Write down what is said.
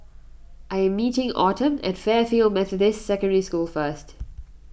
I am meeting Autumn at Fairfield Methodist Secondary School first